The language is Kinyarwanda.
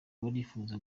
barifuza